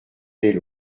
belle